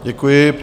Děkuji.